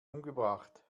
umgebracht